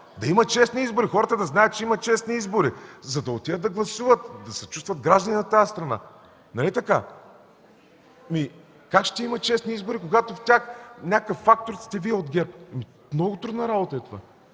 да има честни избори, хората да знаят, че има честни избори, за да отидат да гласуват, за да се чувстват граждани на тази страна. Нали така? Как ще има честни избори, когато в тях някакъв фактор сте Вие от ГЕРБ? Много трудна работа е това.